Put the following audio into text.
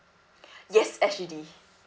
yes S_G_D